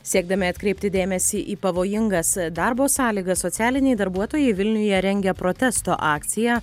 siekdami atkreipti dėmesį į pavojingas darbo sąlygas socialiniai darbuotojai vilniuje rengia protesto akciją